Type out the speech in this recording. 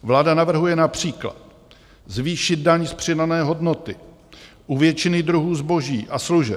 Vláda navrhuje například zvýšit daň z přidané hodnoty u většiny druhů zboží a služeb.